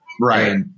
Right